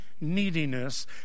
neediness